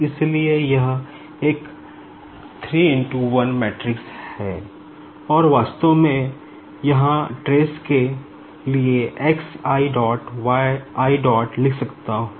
इसलिए यह एक 3 X 1 मैट्रिक्स है और मैं वास्तव में यहां ट्रेस के लिए x i dot y i dot लिख सकता हूं